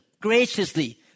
graciously